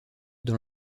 dans